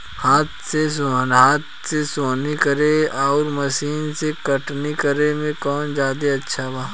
हाथ से सोहनी करे आउर मशीन से कटनी करे मे कौन जादे अच्छा बा?